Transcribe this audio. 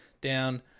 down